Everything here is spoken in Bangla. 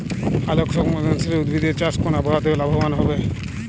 আলোক সংবেদশীল উদ্ভিদ এর চাষ কোন আবহাওয়াতে লাভবান হয়?